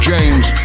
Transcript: James